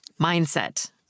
Mindset